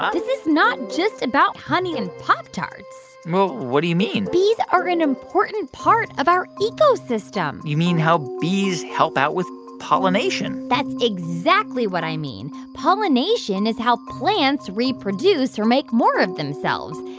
this is not just about honey and pop-tarts well, what do you mean? bees are an important and part of our ecosystem you mean how bees help out with pollination that's exactly what i mean. pollination is how plants reproduce or make more of themselves.